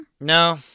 No